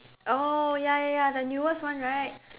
oh ya ya ya the newest one right